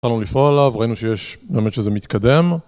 התחלנו לפעול עליו, ראינו שיש... באמת שזה מתקדם.